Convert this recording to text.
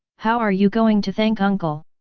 how are you going to thank uncle?